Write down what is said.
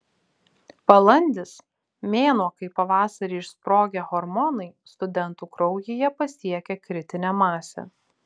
balandis mėnuo kai pavasarį išsprogę hormonai studentų kraujyje pasiekia kritinę masę